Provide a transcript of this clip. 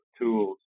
tools